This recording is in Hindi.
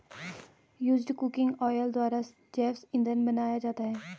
यूज्ड कुकिंग ऑयल द्वारा जैव इंधन बनाया जाता है